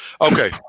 Okay